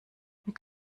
mit